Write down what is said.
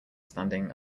standing